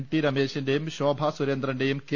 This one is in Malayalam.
ടി രമേശിന്റെയും ശോഭാസുരേന്ദ്രന്റെയും കെ